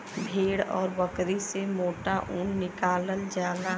भेड़ आउर बकरी से मोटा ऊन निकालल जाला